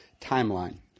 timeline